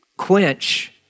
quench